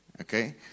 Okay